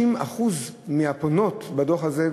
50% מהפונות בדוח הזה,